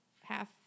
half